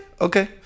okay